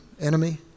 enemy